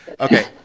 Okay